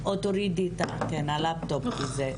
בהצעת החוק הזאת אנחנו בעצם הופכים את ברירת